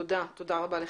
תודה רבה לך.